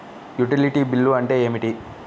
Utility bill అంటే ఏమిటి?